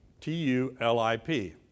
T-U-L-I-P